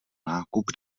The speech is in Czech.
nákup